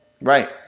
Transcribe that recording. Right